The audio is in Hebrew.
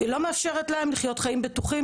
לדעתי